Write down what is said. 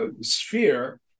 sphere